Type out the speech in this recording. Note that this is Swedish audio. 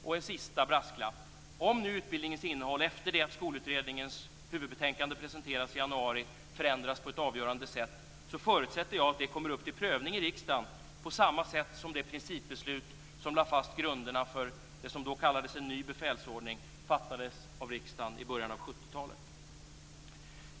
Och en sista brasklapp: Om utbildningens innehåll efter det att skolutredningens huvudbetänkande presenteras i januari förändras på ett avgörande sätt så förutsätter jag att den kommer upp till prövning i riksdagen på samma sätt som det principbeslut som lade fast grunderna för det som då kallades en ny befälsordning och som fattades av riksdagens i början av 70-talet.